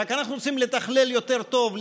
רק אנחנו צריכים לתכלל יותר טוב,